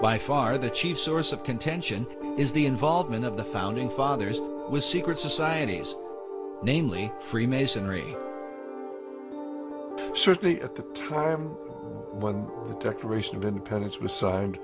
by far the chief source of contention is the involvement of the founding fathers with secret societies namely freemasonry certainly at the time when the declaration of independence was signed